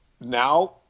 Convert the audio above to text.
now